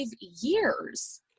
years